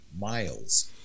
miles